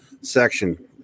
section